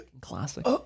classic